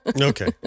Okay